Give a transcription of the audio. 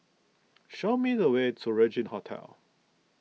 show me the way to Regin Hotel